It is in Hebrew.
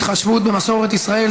התחשבות במסורת ישראל),